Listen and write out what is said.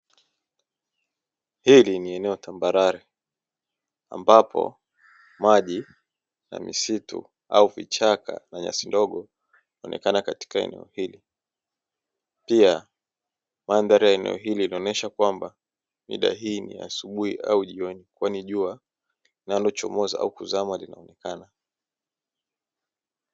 Hili ni eneo tambarare ambapo maji na misitu au vichaka na nyasi ndogo vinaonekana katika eneo hili, pia mandhari ya eneo hili inaonyesha kwamba mida hii ni ya asubuhi au jioni kwani jua linalochomoza au kuzama linaonekana.